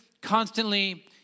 constantly